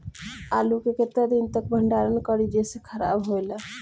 आलू के केतना दिन तक भंडारण करी जेसे खराब होएला?